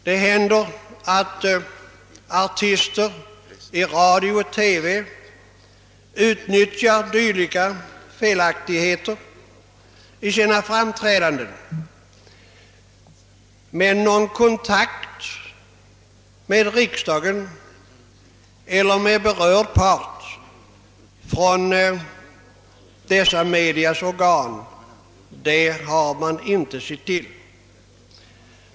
Det händer att artister i radio och TV utnyttjar dylika felaktigheter i sina framträdanden. Men någon kontakt med riksdagen eller med berörd part från dessa medias organ har man inte sett till.